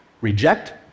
reject